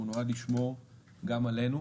הוא נועד לשמור גם עלינו.